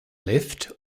lift